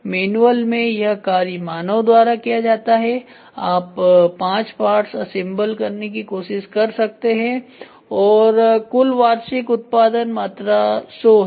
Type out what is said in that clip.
manual में यह कार्य मानव द्वारा किया जाता है आप पांच पार्ट्स असेम्बल करने की कोशिश सकते है और कुल वार्षिक उत्पादन मात्रा 100 है